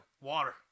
Water